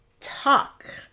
Talk